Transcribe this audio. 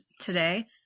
today